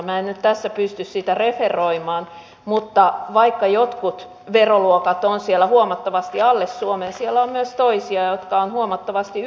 en nyt tässä pysty sitä referoimaan mutta vaikka jotkut veroluokat ovat siellä huomattavasti alle suomen siellä on myös toisia jotka ovat huomattavasti yli suomen